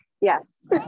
yes